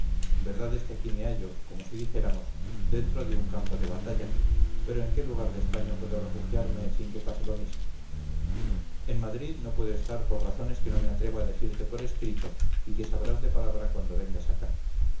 verdad es que aquí me hallo como si dijéramos dentro de un campo de batalla pero en qué lugar de españa puedo refugiarme sin que pase lo mismo en madrid no puedo estar por razones que no me atrevo a decirte por escrito y que sabrás de palabra cuando vengas acá